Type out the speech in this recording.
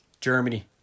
Germany